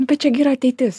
bet čia gi yra ateitis